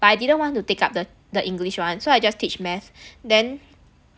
but I didn't want to take up the the english one so I just teach math then